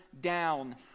down